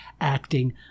acting